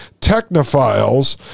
technophiles